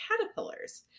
caterpillars